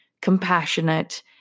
compassionate